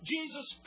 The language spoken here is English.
Jesus